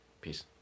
Peace